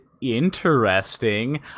Interesting